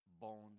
bones